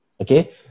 okay